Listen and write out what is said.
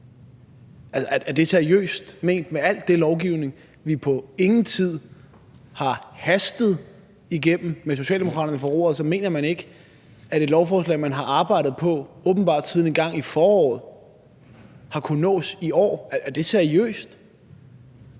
Er det seriøst ment med al den lovgivning, vi på ingen tid har hastet igennem med Socialdemokratiet ved roret? Og så mener man ikke, at et lovforslag, man har arbejdet på åbenbart siden engang i foråret, har kunnet nås i år. Er det seriøst?